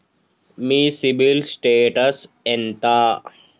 మీ CIBIL status ఎంత?